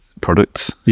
products